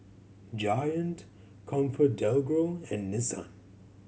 Giant ComfortDelGro and Nissan